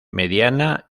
mediana